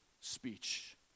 speech